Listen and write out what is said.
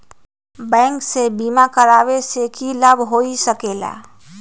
Bank से बिमा करावे से की लाभ होई सकेला?